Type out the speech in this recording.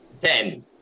Ten